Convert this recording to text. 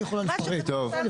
טוב.